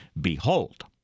Behold